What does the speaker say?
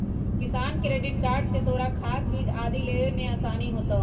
किसान credit card से तोरा खाद, बीज आदि लेवे में आसानी होतउ